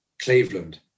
Cleveland